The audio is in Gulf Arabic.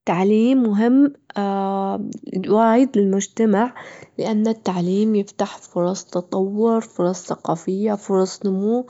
التعليم مهم وايد للمجتمع، لأن التعليم يفتح فرص تطور، فرص ثقافية، فرص نمو،